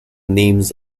names